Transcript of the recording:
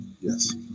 Yes